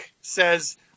says